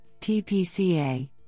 TPCA